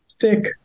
thick